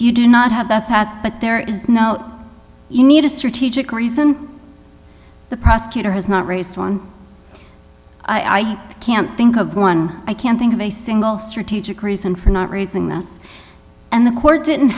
you do not have the fat but there is no you need a strategic reason the prosecutor has not raised one i can't think of one i can't think of a single strategic reason for not raising us and the court didn't